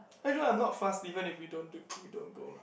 actually I'm not fast even if we don't do we don't go lah